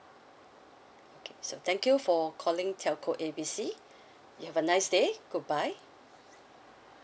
okay so thank you for calling telco A B C you have a nice day goodbye